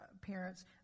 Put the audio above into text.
parents